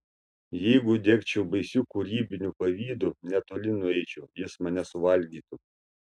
jeigu degčiau baisiu kūrybiniu pavydu netoli nueičiau jis mane suvalgytų